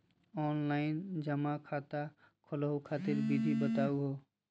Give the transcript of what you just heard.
Online जमा खाता खोलहु खातिर विधि बताहु हो?